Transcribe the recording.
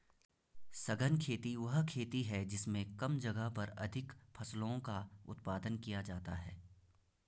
सघन खेती वह खेती है जिसमें कम जगह पर अधिक फसलों का उत्पादन किया जाता है